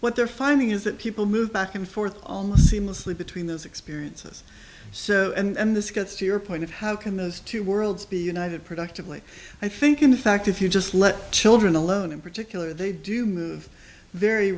what they're finding is that people move back and forth seamlessly between those experiences so and this gets to your point of how can those two worlds be united productively i think in fact if you just let children alone in particular they do move very